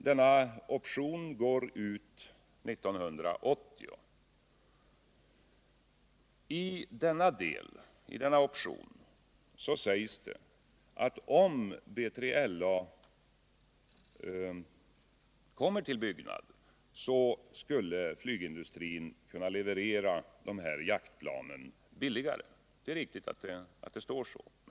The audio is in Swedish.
Denna option går ut 1980. I denna option sägs det att om B3LA kommer till byggnad skulle flygindustrin kunna leverera jaktplanen billigare — det är riktigt att det står så.